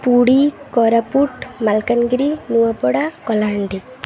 ପୁଡ଼ି Koraput Malkangiri Nuapada Kalahandi